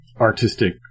artistic